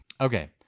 Okay